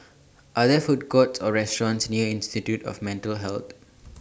Are There Food Court Or restaurants near Institute of Mental Health